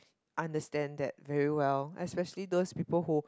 understand that very well especially those people who